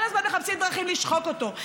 כל הזמן מחפשים דרכים לשחוק אותו.